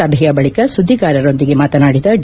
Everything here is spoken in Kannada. ಸಭೆಯ ಬಳಿಕ ಸುದ್ದಿಗಾರರೊಂದಿಗೆ ಮಾತನಾಡಿದ ಡಿ